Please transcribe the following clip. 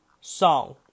song